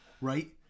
Right